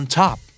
top